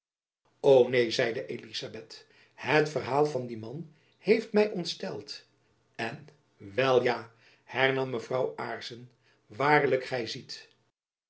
neen zeide elizabeth het verhaal van dien man heeft my ontsteld en wel ja hernam mevrouw aarssen waarlijk gy ziet